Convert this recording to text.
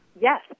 Yes